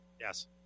Yes